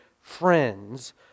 friends